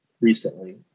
recently